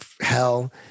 hell